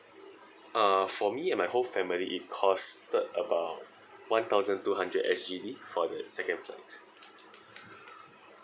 uh for me and my whole family it costed about one thousand two hundred S_G_D for the second flight